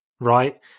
right